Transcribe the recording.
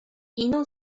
ino